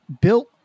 built